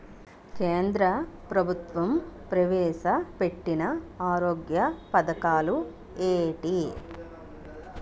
కేంద్ర ప్రభుత్వం ప్రవేశ పెట్టిన ఆరోగ్య పథకాలు ఎంటి?